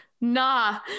nah